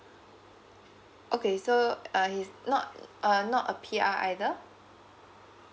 okay so uh he's not uh not a P_R either